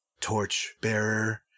torchbearer